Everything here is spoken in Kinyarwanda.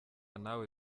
nawe